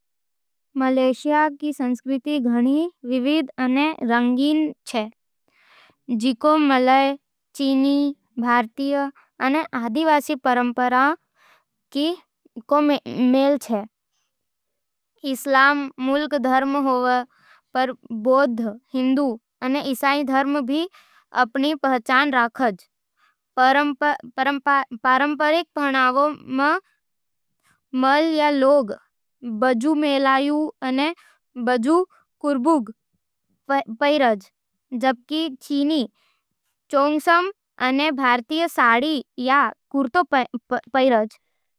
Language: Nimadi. मलेशिया रो संस्कृति घणी विविध अने रंगीन होवे, जिको मलय, चीनी, भारतीय अने आदिवासी परंपरावां रो मेल छे। इस्लाम मुख्य धर्म होवे, पर बौद्ध, हिंदू अने ईसाई धर्म भी अपन पहचान राखे। पारंपरिक पहनावा में मलय लोग बजु मेलायू अने बजु कुर्बुंग पहरें, जबकि चीनी चोंगसम अने भारतीय साड़ी या कुर्ता पहरें।